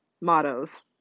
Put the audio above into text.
mottos